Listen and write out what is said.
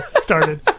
started